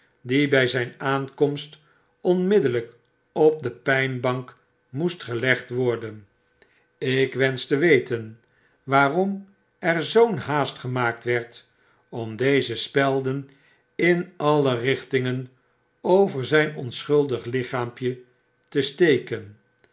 die by zyn aankomst onmiddellyk op de pynbank moest gelegd worden ik wensch te weten waarom er zoo'n haast gemaakt werd om deze spelden in alle richtingen over zyn onschuldig lichaampje te steken